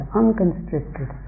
unconstricted